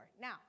Now